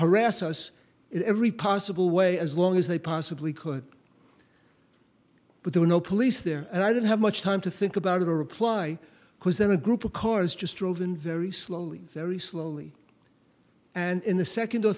harass us in every possible way as long as they possibly could but there were no police there and i didn't have much time to think about a reply because then a group of cars just drove in very slowly very slowly and in the second or